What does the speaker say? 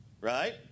Right